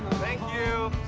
thank you.